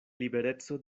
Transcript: libereco